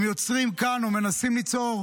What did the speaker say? הם יוצרים כאן או מנסים ליצור,